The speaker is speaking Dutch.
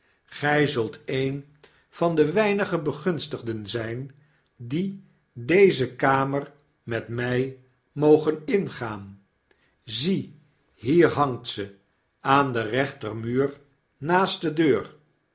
gij zult een van de weinige begunstigden zijn die deze kamer met my mogen ingaan zie hier hangt ze aan den rechtermuur naast de deur